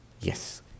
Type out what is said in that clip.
Yes